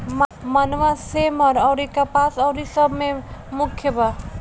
मनवा, सेमर अउरी कपास अउरी सब मे मुख्य बा